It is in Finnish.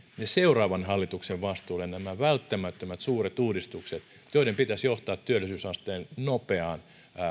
seuraavan hallituksen vastuulle nämä välttämättömät suuret uudistukset joiden pitäisi johtaa työllisyysasteen nopeaan